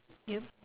yup